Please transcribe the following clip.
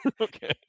Okay